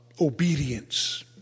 obedience